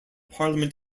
parliament